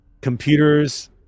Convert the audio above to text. Computers